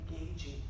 engaging